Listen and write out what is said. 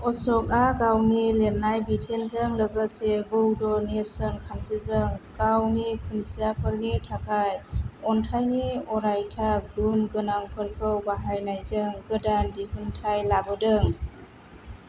अशोकआ गावनि लिरनाय बिथोनजों लोगोसे बौद्ध नेरसोन खान्थिजों गावनि खुन्थियाफोरनि थाखाय अनथायनि अरायथा गुन गोनांफोरखौ बाहायनायजों गोदान दिहुन्थाय लाबोदों